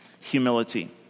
Humility